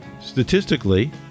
Statistically